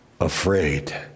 afraid